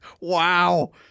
Wow